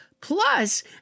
Plus